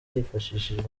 hifashishijwe